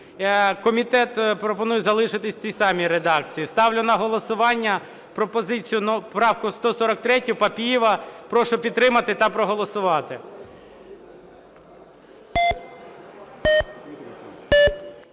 Комітет пропонує залишити в тій самій редакції. Ставлю на голосування правку 143 Папієва. Прошу підтримати та проголосувати.